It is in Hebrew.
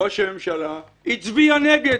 ראש הממשלה הצביע נגד